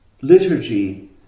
liturgy